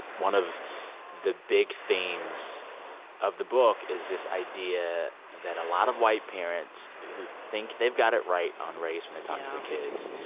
one of the big themes of the book is this idea that a lot of white parents who think they've got it right on race when they talk to their kids.